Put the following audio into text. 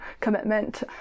commitment